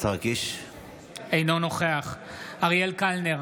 אינו נוכח אריאל קלנר,